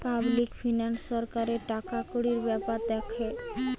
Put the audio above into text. public finance সরকারের টাকাকড়ির বেপার দ্যাখে